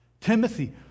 Timothy